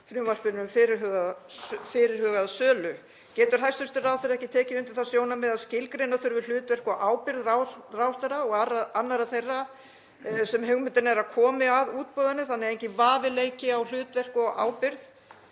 frumvarpinu um fyrirhugaða sölu. Getur hæstv. ráðherra ekki tekið undir það sjónarmið að skilgreina þurfi hlutverk og ábyrgð ráðherra og annarra þeirra sem hugmyndin er að komi að útboðinu þannig að enginn vafi leiki á hlutverki og ábyrgð?